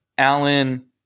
Allen